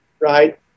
right